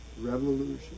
Revolution